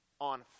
on